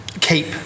keep